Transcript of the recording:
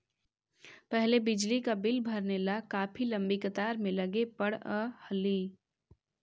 पहले बिजली का बिल भरने ला काफी लंबी कतार में लगे पड़अ हलई